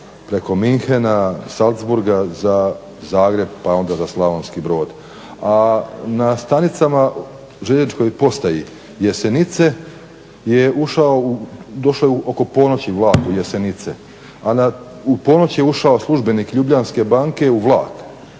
preko Münchena, Salzburga za Zagreb pa onda za Slavonski Brod, a na stanicama željezničkoj postaji Jesenice je ušao u došao je oko ponoći vlak u Jesenice, a u ponoć je ušao službenik Ljubljanske banke u vlak